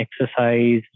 exercise